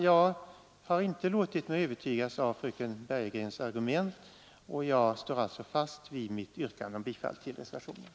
Jag har inte låtit mig övertygas av fröken Bergegrens argument. Jag står alltså fast vid mitt yrkande om bifall till reservationen.